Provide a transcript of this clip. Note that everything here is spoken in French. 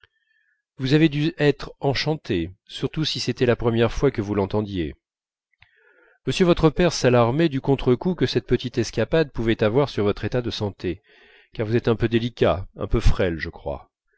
vous avez dû être enchanté surtout si c'était la première fois que vous l'entendiez monsieur votre père s'alarmait du contre-coup que cette petite escapade pouvait avoir sur votre état de santé car vous êtes un peu délicat un peu frêle je crois